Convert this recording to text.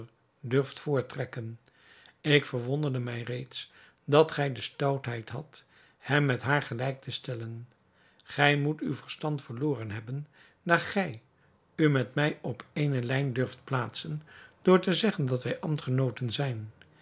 durft voortrekken ik verwonderde mij reeds dat gij de stoutheid had hem met haar gelijk te stellen gij moet uw verstand verloren hebben daar gij u met mij op ééne lijn durft plaatsen door te zeggen dat wij ambtgenooten zijn